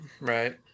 right